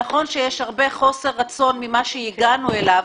נכון שיש הרבה חוסר רצון ממה שהגענו אליו,